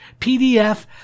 PDF